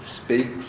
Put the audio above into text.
speaks